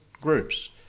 groups